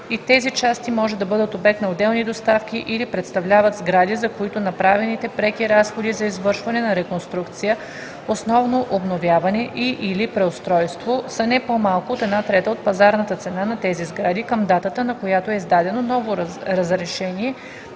тези части може да бъдат обект на отделни доставки или представляват сгради, за които направените преки разходи за извършване на реконструкция, основно обновяване и/или преустройство са не по-малко от една трета от пазарната цена на тези сгради към датата, на която е издадено ново разрешение